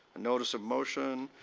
notice of motion?